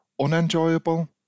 unenjoyable